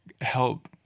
help